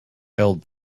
held